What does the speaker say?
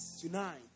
tonight